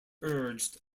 urged